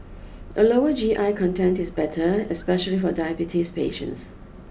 a lower G I content is better especially for diabetes patients